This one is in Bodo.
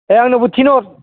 ए आंनोबो थिनहर